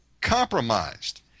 compromised